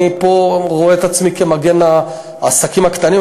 אני פה רואה את עצמי כמגן העסקים הקטנים,